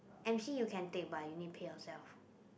M_C you can take but you need pay yourself